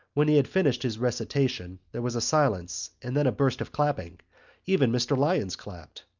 when he had finished his recitation there was a silence and then a burst of clapping even mr. lyons clapped.